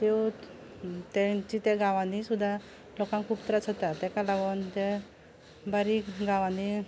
त्यो तांच्या त्या गांवांनी सुद्दां लोकांक खूब त्रास जाता ताका लागून ते बारीक गांवांनी